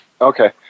Okay